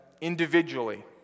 individually